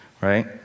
Right